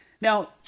Now